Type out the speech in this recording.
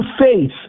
faith